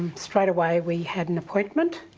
straightaway, we had an appointment,